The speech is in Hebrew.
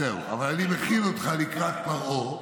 אז זהו, אני מכין אותך לקראת פרעה.